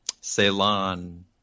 Ceylon